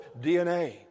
DNA